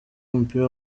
w’umupira